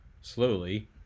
slowly